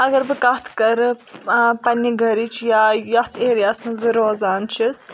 اَگر بہٕ کَتھ کَرٕ پَننہِ گَرِچ یا یَتھ ایریاہس منٛز بہٕ روزان چھس